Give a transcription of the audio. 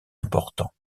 importants